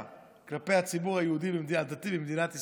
כלפי הציבור היהודי הדתי במדינת ישראל,